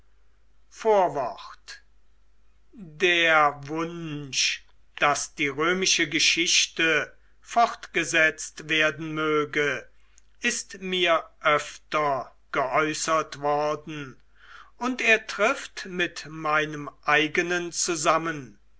diocletian der wunsch daß die römische geschichte fortgesetzt werden möge ist mir öfter geäußert worden und er trifft mit meinem eigenen zusammen